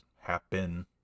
happen